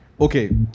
Okay